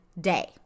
day